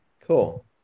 Cool